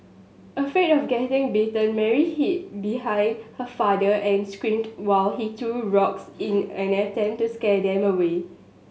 afraid of getting bitten Mary hid behind her father and screamed while he threw rocks in an attempt to scare them away